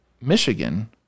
Michigan